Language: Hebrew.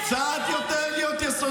להיות קצת יותר יסודית.